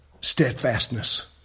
Steadfastness